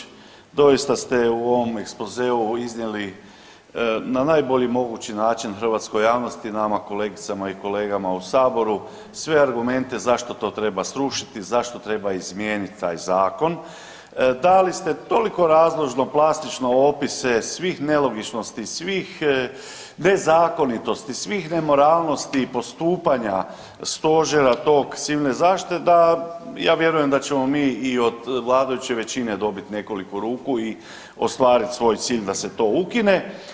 Kolegice Vučemilović, doista ste u ovom ekspozeu iznijeli na najbolji mogući način hrvatskoj javnosti nama kolegicama i kolegama u saboru sve argumente zašto to treba srušiti, zašto treba izmijenit taj zakon, dali ste toliko razložno i plastično opise svih nelogičnosti, svih nezakonitosti, svih nemoralnosti i postupanja stožera tog civilne zaštite da ja vjerujem da ćemo mi i od vladajuće većine dobit nekoliko ruku i ostvarit svoj cilj da se to ukine.